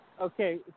okay